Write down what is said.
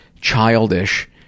childish